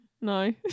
No